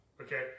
Okay